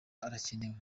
arakenewe